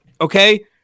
okay